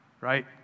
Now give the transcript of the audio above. right